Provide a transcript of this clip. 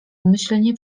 umyślnie